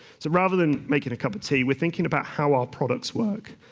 so rather than making a cup of tea, we are thinking about how our products work.